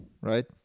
right